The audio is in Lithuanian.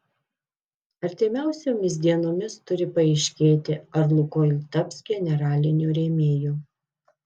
artimiausiomis dienomis turi paaiškėti ar lukoil taps generaliniu rėmėju